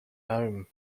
home